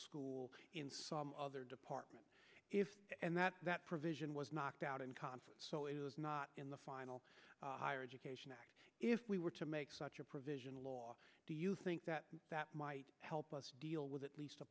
school in some other department if and that that provision was knocked out in conference not in the final higher education act if we were to make such a provision law do you think that that might help us deal with at least a